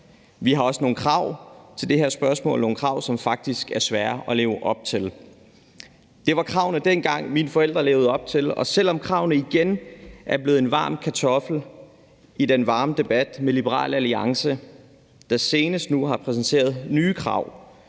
Vi har også nogle krav til det her spørgsmål, nogle krav, som faktisk er svære at leve op til. Det var kravene dengang, som mine forældre levede op til, og selv om kravene igen er blevet en varm kartoffel i den varme debat med Liberal Alliance, der senest nu har præsenteret nye krav,